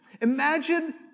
imagine